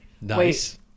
nice